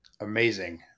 Amazing